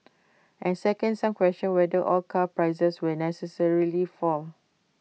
and second some question whether all car prices will necessarily fall